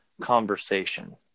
conversation